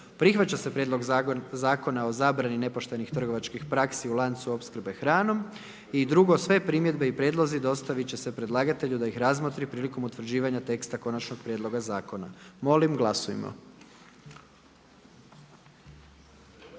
Prihvaća se Prijedlog Zakona o sigurnosnoj zaštiti pomorskih brodova i luka i sve primjedbe i prijedlozi dostaviti će se predlagatelju da ih razmotri prilikom utvrđivanja teksta konačnog prijedloga zakona. Molim uključite